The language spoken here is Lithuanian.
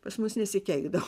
pas mus nesikeikdavo